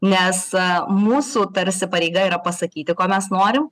nes mūsų tarsi pareiga yra pasakyti ko mes norim